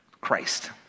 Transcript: Christ